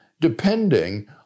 depending